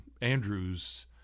Andrews